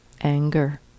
Anger